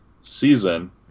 season